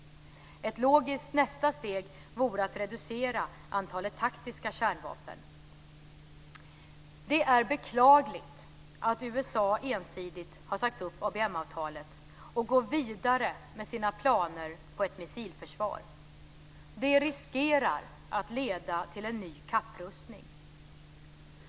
Ett logiskt nästa steg vore att reducera antalet taktiska kärnvapen. Det är beklagligt att USA ensidigt har sagt upp ABM-avtalet och går vidare med sina planer på ett missilförsvar. Det riskerar att leda till en ny kapprustning.